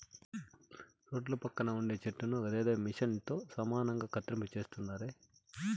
రోడ్ల పక్కన ఉండే చెట్లను గదేదో మిచన్ తో సమానంగా కత్తిరింపు చేస్తున్నారే